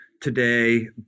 today